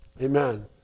amen